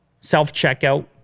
self-checkout